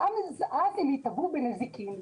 ואז הם ייפגעו בנזיקין,